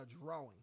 drawing